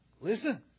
Listen